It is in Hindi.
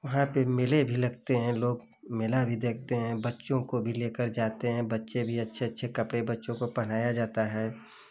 वहाँ पर मेले भी लगते हैं लोग मेला भी देखते हें बच्चों को भी लेकर जाते हैं बच्चे भी अच्छे अच्छे कपड़े बच्चों को पहनाया जाता हे